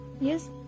Yes